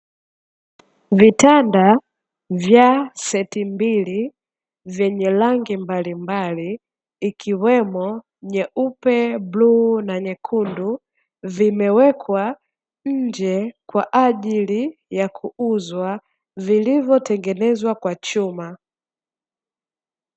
Vitanda vya seti mbili vyenye rangi mbalimbali ikiwemo nyeupe, bluu na nyekundu vimewekwa nje kwa ajili ya kuuzwa vilivyotengenezwa kwa chuma.